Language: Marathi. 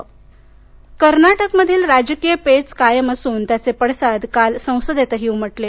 कर्नाटक कर्नाटकमधील राजकीय पेच कायम असून त्याचे पडसाद काल संसदेतही उमटले